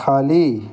खाली